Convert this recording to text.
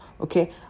Okay